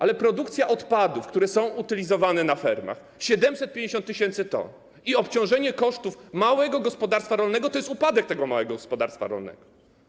Ale produkcja odpadów, które są utylizowane na fermach - 750 tys. t i obciążenie kosztów małego gospodarstwa rolnego to jest upadek tego małego gospodarstwa rolnego.